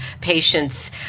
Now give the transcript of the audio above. patients